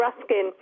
Ruskin